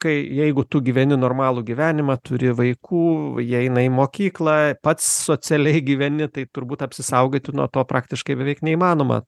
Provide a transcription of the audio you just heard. tai jeigu tu gyveni normalų gyvenimą turi vaikų jie eina į mokyklą pats socialiai gyveni tai turbūt apsisaugoti nuo to praktiškai beveik neįmanoma